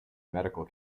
medical